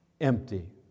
empty